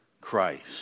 Christ